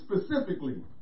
specifically